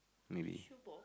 maybe